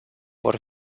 vor